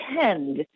tend